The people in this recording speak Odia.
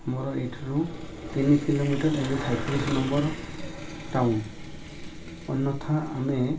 ଆମର ଏଇଠାରୁ ତିନି କିଲୋମିଟର୍ ଏିତି ସଇଁତିରିଶ ନମ୍ବର ଟାଉନ୍ ଅନ୍ୟଥା ଆମେ